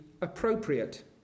appropriate